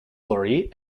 glory